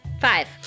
Five